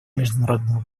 международного